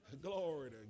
Glory